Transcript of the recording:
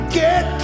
get